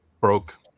broke